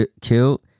killed